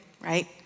right